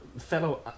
fellow